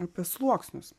apie sluoksnius